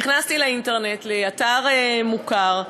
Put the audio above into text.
נכנסתי לאינטרנט לאתר מוכר,